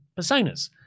personas